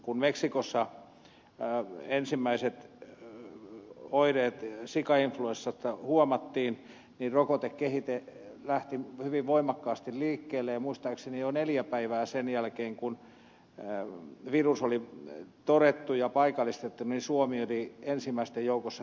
kun meksikossa ensimmäiset oireet sikainfluenssasta huomattiin niin rokotekehitys lähti hyvin voimakkaasti liikkeelle ja muistaakseni jo neljä päivää sen jälkeen kun virus oli todettu ja paikallistettu suomi oli ensimmäisten joukossa tilaamassa rokotetta